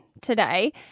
today